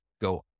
go